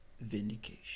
vindication